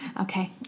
Okay